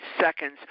seconds